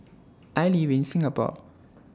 I live in Singapore